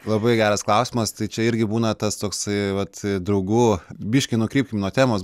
labai geras klausimas tai čia irgi būna tas toksai vat draugų biški nukrypom nuo temos